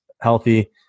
healthy